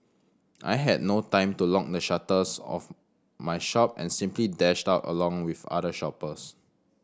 I had no time to lock the shutters of my shop and simply dashed out along with other shoppers